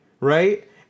right